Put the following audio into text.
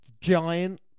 Giant